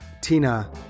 Tina